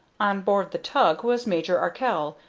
on board the tug was major arkell,